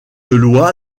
loi